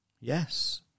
Yes